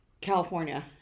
California